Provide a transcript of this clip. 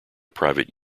private